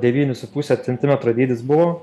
devynių su puse centimetro dydis buvo